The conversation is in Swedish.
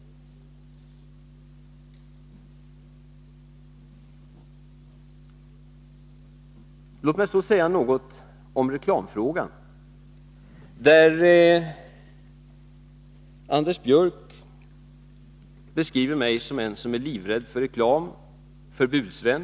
Låt mig så säga något om reklamfrågan. Anders Björck beskriver mig som en som är livrädd för reklam, som en förbudsvän.